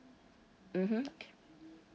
mmhmm